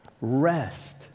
Rest